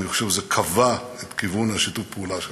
ואני חושב שזה קבע את כיוון שיתוף הפעולה שלו.